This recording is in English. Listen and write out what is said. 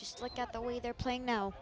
just look at the way they're playing now